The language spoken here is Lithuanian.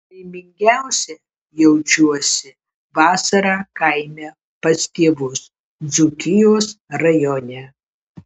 laimingiausia jaučiuosi vasarą kaime pas tėvus dzūkijos rajone